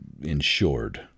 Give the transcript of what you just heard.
insured